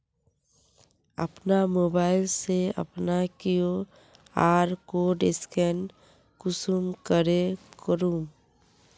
अपना मोबाईल से अपना कियु.आर कोड स्कैन कुंसम करे करूम?